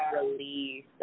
release